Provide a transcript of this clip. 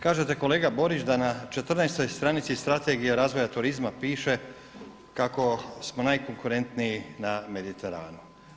Kažete kolega Borić da na 14. stranici Strategije razvoja turizma piše kako smo najkonkurentniji na Mediteranu.